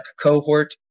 cohort